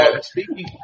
Speaking